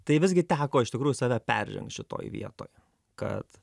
tai visgi teko iš tikrųjų save peržengt šitoj vietoje kad